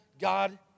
God